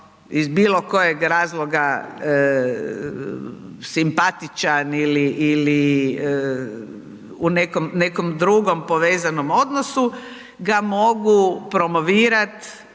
iz bilo kojeg razloga simpatičan ili u nekom drugom povezanom odnosu ga mogu promovirat